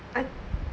I